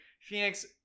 Phoenix